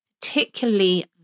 particularly